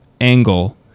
angle